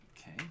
Okay